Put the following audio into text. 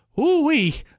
ooh-wee